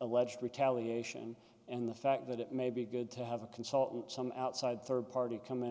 alleged retaliation and the fact that it may be good to have a consultant some outside rd party come in